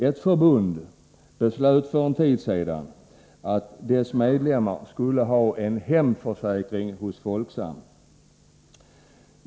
Ett förbund beslöt för en tid sedan att dess medlemmar skulle ha en hemförsäkring i Folksam.